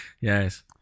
Yes